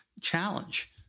challenge